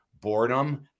boredom